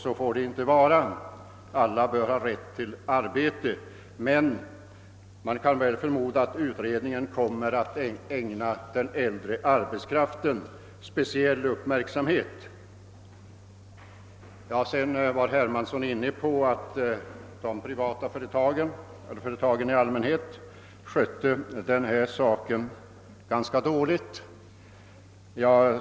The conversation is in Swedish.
Så får det inte vara; alla bör ha rätt till arbete. Men man kan förmoda att utredningen kommer att ägna den äldre arbetskraften speciell uppmärksamhet. Sedan sade herr Hermansson att de privata företagen i allmänhet sköter denna sak ganska dåligt.